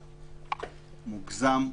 זה מוגזם,